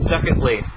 Secondly